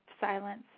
silence